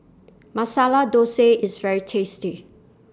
Masala Dosa IS very tasty